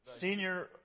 senior